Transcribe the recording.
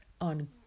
on